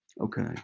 Okay